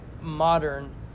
modern